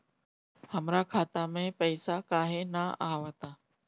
हमरा खाता में पइसा काहे ना आव ता?